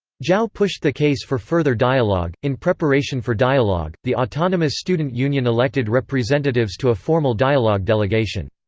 zhao pushed the case for further dialogue in preparation for dialogue, the autonomous student union elected representatives to a formal dialogue delegation.